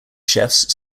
chefs